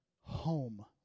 home